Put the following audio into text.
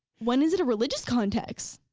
when is it a religious context?